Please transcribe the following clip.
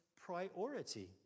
priority